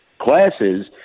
classes